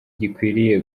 gikwiriye